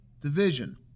division